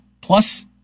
Plus